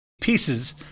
pieces